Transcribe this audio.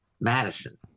Madison